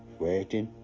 waiting